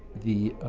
the